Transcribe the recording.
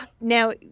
Now